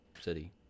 city